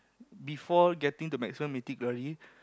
before getting to maximum Mythic-Glory